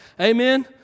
Amen